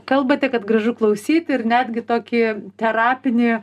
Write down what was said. kalbate kad gražu klausyti ir netgi tokį terapinį